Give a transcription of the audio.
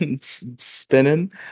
spinning